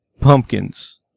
pumpkins